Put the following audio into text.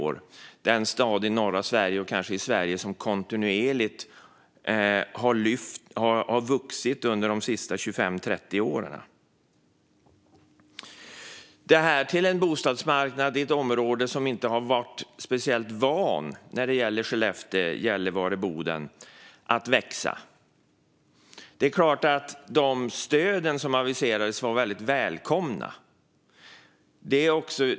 Det är den stad i norra Sverige och kanske i Sverige som helhet som har haft mest kontinuitet i sin växt under de senaste 25-30 åren. Detta sker i ett område - Skellefteå, Gällivare och Boden - där bostadsmarknaden inte har varit speciellt van vid att växa. Det är klart att de stöd som aviserades var väldigt välkomna.